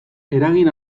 eragin